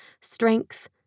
strength